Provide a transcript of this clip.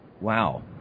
wow